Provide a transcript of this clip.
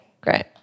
great